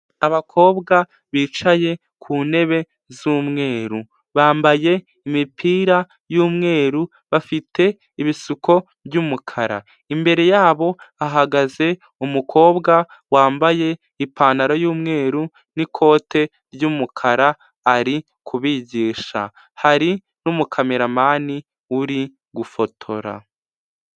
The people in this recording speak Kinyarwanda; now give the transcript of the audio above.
Abakobwa bicaye ku ntebe z'umweru, bambaye imipira y'umweru, bafite ibisuko by'umukara, imbere yabo hahagaze umukobwa wambaye ipantaro y'umweru n'ikote ry'umukara ari kubigisha, hari n'umukameramani uri gufotora.